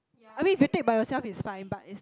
I mean if you take by yourself it's fine but is